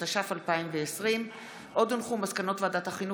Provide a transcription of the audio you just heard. התש"ף 2020. מסקנות ועדת החינוך,